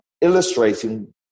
illustrating